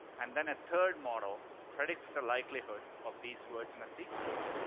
and then a third model predicts the likelihood of these words in a sequence.